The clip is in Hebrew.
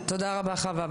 תודה רבה, חוה.